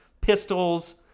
pistols